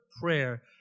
prayer